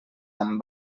amb